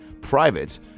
private